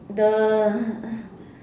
the